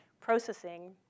processing